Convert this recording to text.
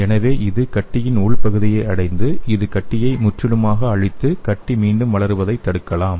எனவே இது கட்டியின் உள் பகுதியை அடைந்து இது கட்டியை முற்றிலுமாக அழித்து கட்டி மீண்டும் வருவதைத் தடுக்கலாம்